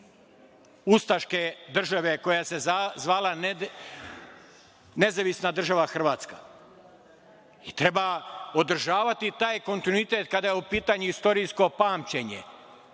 ustaške države koja se zvala Nezavisna Država Hrvatska i treba održavati taj kontinuitet kada je u pitanju istorijsko pamćenje.